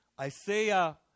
Isaiah